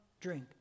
drink